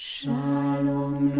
Shalom